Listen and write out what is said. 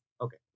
okay